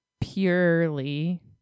purely